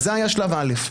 זה היה שלב ראשון.